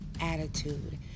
attitude